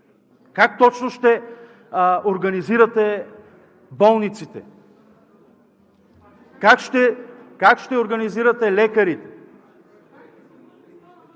Как точно ще организирате болниците? Как ще организирате лекарите?